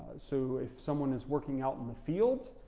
so if someone is working out in the fields,